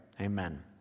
amen